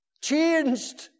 Changed